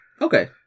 Okay